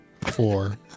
four